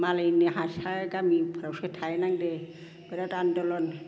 मालायनि हारसा गामिफ्रावसो थाहैनांदो बिराद आन्दलन